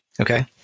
Okay